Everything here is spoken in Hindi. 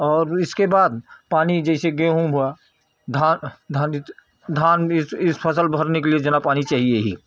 और इसके बाद पानी जैसी गेहूं हुआ धान धान धान भी यह फसल भरने के लिए ज़रा पानी चाहिए